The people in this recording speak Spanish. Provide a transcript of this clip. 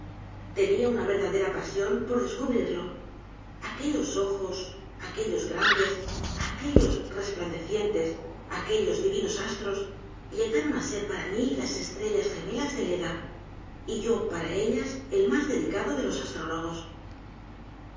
tenía una verdadera pasión por descubrirlo aquellos ojos aquellos grandes aquellos resplandecientes aquellos divinos astros llegaron á ser p a r a mí las estrellas gemelas de leda y yo p a r a ellas el m á s dedicado de los astrólogos